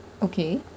okay